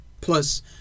plus